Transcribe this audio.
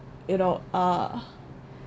you know uh